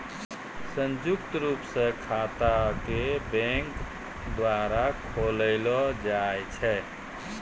संयुक्त रूप स खाता क बैंक द्वारा खोललो जाय छै